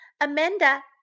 Amanda